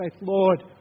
Lord